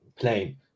plane